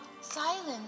silence